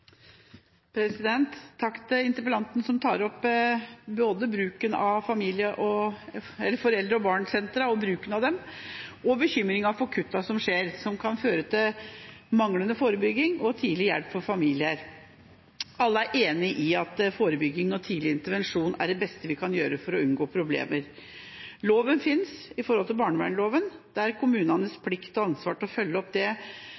Takk til interpellanten som tar opp både bruken av foreldre og barn-senter og bekymringen for de kuttene som skjer, som kan føre til manglende forebygging og tidlig hjelp for familier. Alle er enige om at forebygging og tidlig intervensjon er det beste vi kan gjøre for å unngå problemer. Loven finnes – gjennom barnevernsloven – og det er kommunenes plikt og ansvar overfor barna å følge opp.